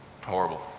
horrible